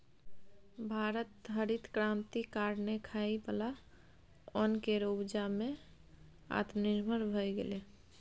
भारत हरित क्रांति कारणेँ खाइ बला ओन केर उपजा मे आत्मनिर्भर भए गेलै